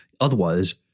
otherwise